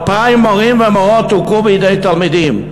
2,000 מורים ומורות הוכו בידי תלמידים.